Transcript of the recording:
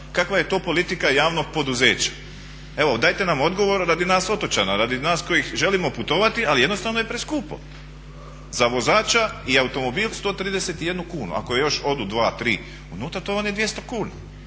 Kakva je to politika javnog poduzeća? Evo dajte nam odgovor radi nas otočana, radi nas koji želimo putovati ali jednostavno je preskupo. Za vozača i automobil 131 kunu, ako još odu 2, 3 unutar to vam je 200 kuna,